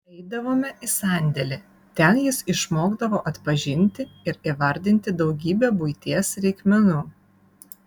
eidavome į sandėlį ten jis išmokdavo atpažinti ir įvardinti daugybę buities reikmenų